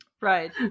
right